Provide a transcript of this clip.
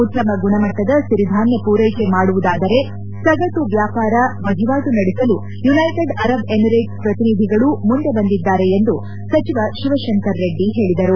ಉತ್ತಮ ಗುಣಮಟ್ಟದ ಸಿರಿಧಾನ್ಯ ಪೂರೈಕೆ ಮಾಡುವುದಾದರೆ ಸಗಟು ವ್ಯಾಪಾರ ವಹಿವಾಟು ನಡೆಸಲು ಯುನೈಟೆಡ್ ಅರಬ್ ಎಮಿರೈಟ್ಸ್ ಪ್ರತಿನಿಧಿಗಳು ಮುಂದೆ ಬಂದಿದ್ದಾರೆ ಎಂದು ಸಚಿವ ಶಿವಶಂಕರ ರೆಡ್ಡಿ ಹೇಳಿದರು